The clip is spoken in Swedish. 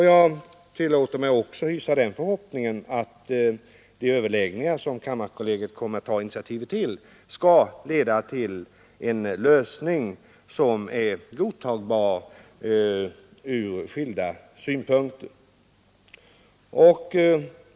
Jag tillåter mig också hysa förhoppningen att de överläggningar som kammarkollegiet kommer att ta initiativ till skall leda till en lösning som är godtagbar från skilda synpunkter.